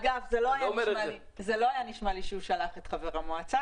דרך אגב, לא נשמע לי שהוא שלח את חבר המועצה.